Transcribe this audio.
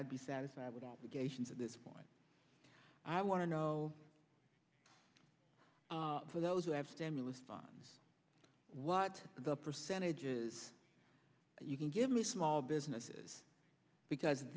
i'd be satisfied with obligations at this point i want to know for those who have stimulus phone what the percentages you can give me small businesses because